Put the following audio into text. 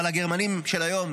אבל לגרמנים של היום